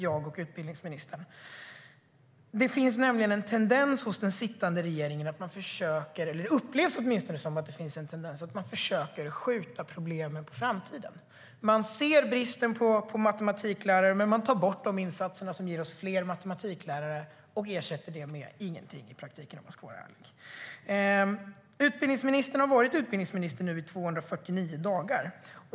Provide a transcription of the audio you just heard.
Det upplevs nämligen som en tendens hos den sittande regeringen att de försöker skjuta problemen på framtiden. Man ser bristen på matematiklärare, men man tar bort de insatser som ger oss fler matematiklärare och ersätter det med i praktiken ingenting, om vi ska vara ärliga. Utbildningsministern har nu varit utbildningsminister i 249 dagar.